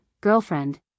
girlfriend